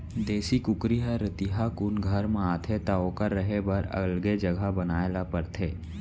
देसी कुकरी ह रतिहा कुन घर म आथे त ओकर रहें बर अलगे जघा बनाए ल परथे